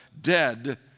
dead